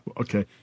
okay